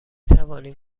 توانیم